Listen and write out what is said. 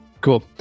cool